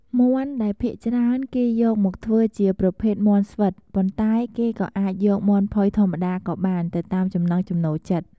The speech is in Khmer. មាន់ដែលភាគច្រើនគេយកមកធ្វើជាប្រភេទមាន់ស្វិត ប៉ុន្តែគេក៏អាចយកមាន់ផុយធម្មតាក៏បានទៅតាមចំណង់ចំណូលចិត្ត។